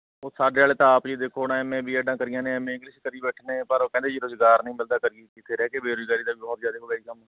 ਉਹ ਸਾਡੇ ਵਾਲੇ ਤਾਂ ਆਪ ਜੀ ਦੇਖੋ ਹੁਣ ਐਮ ਏ ਬੀ ਐਡਾਂ ਕਰੀਆਂ ਨੇ ਐਮ ਏ ਇੰਗਲਿਸ਼ ਕਰੀ ਬੈਠੇ ਨੇ ਪਰ ਉਹ ਕਹਿੰਦੇ ਜੀ ਰੁਜ਼ਗਾਰ ਨਹੀਂ ਮਿਲਦਾ ਕਰੀਏ ਕੀ ਇੱਥੇ ਰਹਿ ਕੇ ਬੇਰੁਜ਼ਗਾਰੀ ਦਾ ਵੀ ਬਹੁਤ ਜ਼ਿਆਦਾ ਹੋ ਗਿਆ ਜੀ ਕੰਮ